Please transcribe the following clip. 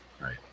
Right